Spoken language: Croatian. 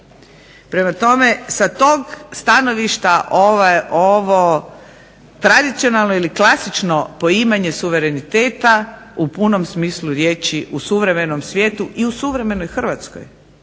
Prema tome, sa tog stanovišta ovo tradicionalno ili klasično poimanje suvereniteta u punom smislu riječi u suvremenom svijetu i u suvremenoj Hrvatskoj